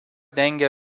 dengia